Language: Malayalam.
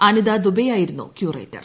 അനിത ദുബെയാ യിരുന്നു ക്യൂറേറ്റർ